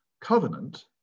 Covenant